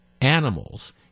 animals